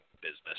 business